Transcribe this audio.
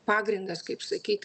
pagrindas kaip sakyt